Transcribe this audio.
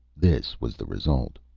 this was the result.